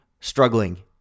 struggling